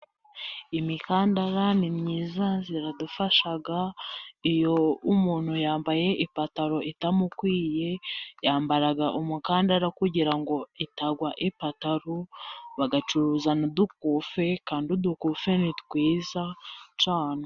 Imikandara ni myiza iradufasha, iyo umuntu yambaye ipantaro itamukwiye yambara umukandara kugira ngo itagwa ipataru, bacuruza udukufi kandi udukufi ni twiza cyane.